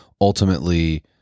ultimately